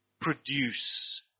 Produce